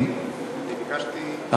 אדוני, אני ביקשתי, מה שאתם רוצים.